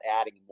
adding